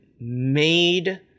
made